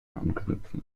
anknüpfen